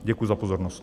Děkuji za pozornost.